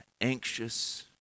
anxious